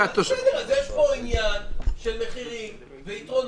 יש פה עניין של מחירים ויתרונות.